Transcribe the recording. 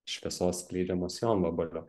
šviesos skleidžiamos jonvabalio